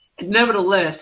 Nevertheless